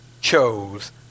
chose